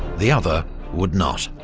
the other would not.